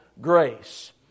grace